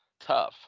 tough